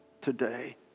today